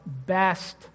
Best